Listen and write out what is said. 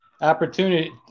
opportunity